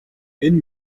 энэ